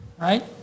Right